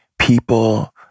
People